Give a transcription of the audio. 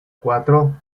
cuatro